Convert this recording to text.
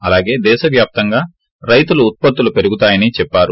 అలాగే దేశవ్యాప్తంగా రైతుల ఉత్పత్తులు పెరుగుతాయని చెప్పారు